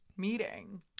meeting